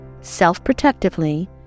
Self-protectively